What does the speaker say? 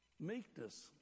meekness